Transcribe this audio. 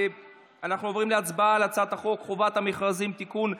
אנחנו עוברים להצבעה על הצעת חוק חובת המכרזים (תיקון,